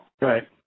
Right